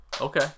Okay